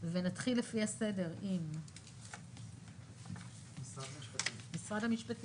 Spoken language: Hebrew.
ונתחיל לפי הסדר עם משרד המשפטים.